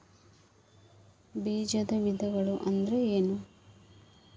ಬೇಜದ ವಿಧಗಳು ಅಂದ್ರೆ ಏನ್ರಿ?